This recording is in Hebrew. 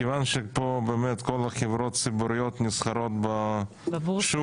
מכיוון שפה באמת כל החברות הציבוריות נסחרות בשוק,